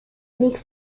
nick